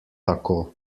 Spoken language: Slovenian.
tako